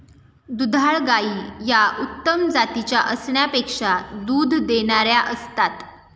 दुधाळ गायी या उत्तम जातीच्या असण्यापेक्षा दूध देणाऱ्या असतात